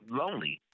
lonely